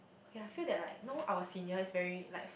okay I feel that like you know our seniors very life